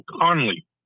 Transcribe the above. Conley